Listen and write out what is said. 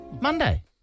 Monday